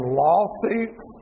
lawsuits